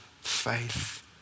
faith